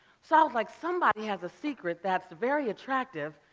so i was like somebody has a secret that's very attractive,